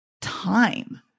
time